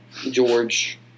George